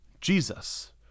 Jesus